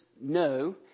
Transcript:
no